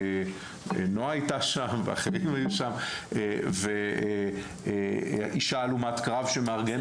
נועה הייתה שם ואחרים שם ואישה הלומת קרב שמארגנת